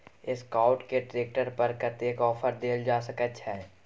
Escort के tractor पर कतेक ऑफर दैल जा सकेत छै?